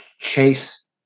Chase